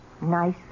nice